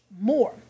more